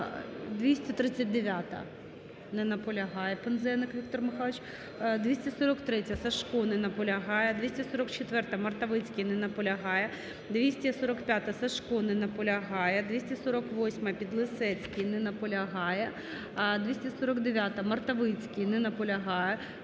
239-а. Не наполягає Пинзеник Віктор Михайлович. 243-я, Сажко. Не наполягає. 244-а, Мартовицький. Не наполягає. 245-а, Сажко. Не наполягає. 248-а, Підлісецький. Не наполягає. 249-а, Мартовицький. Не наполягає.